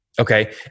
Okay